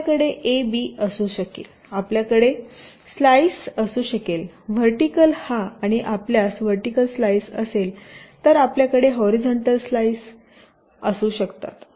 आपल्याकडे A B असू शकेल आपल्याकडे स्लाइस असू शकेल व्हर्टिकल हा आणि आपल्यास व्हर्टिकल स्लाईस असेल तर आपल्याकडे हॉरीझॉन्टल स्लाइस हॉरीझॉन्टल स्लाइस असू शकतात